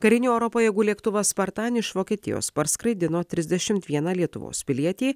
karinių oro pajėgų lėktuvas spartan iš vokietijos parskraidino trisdešimt vieną lietuvos pilietį